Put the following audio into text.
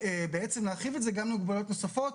ובעצם, להרחיב את זה גם למוגבלויות נוספות